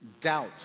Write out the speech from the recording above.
Doubt